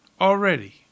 already